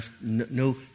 no